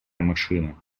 машина